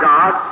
God